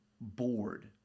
bored